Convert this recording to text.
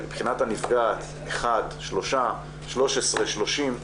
מבחינת הנפגעת, אחד, שלושה, 13, 30,